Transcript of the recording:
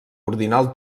ordinal